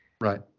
Right